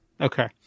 Okay